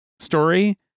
story